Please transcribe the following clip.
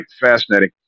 fascinating